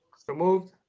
so moved.